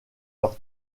leur